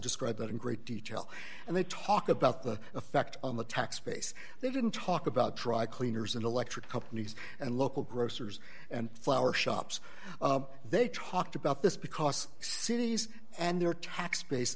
describe it in great detail and they talk about the effect on the tax base they didn't talk about try cleaners and electric companies and local grocers and flower shops they talked about this because cities and their tax base